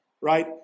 right